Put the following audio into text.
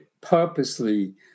purposely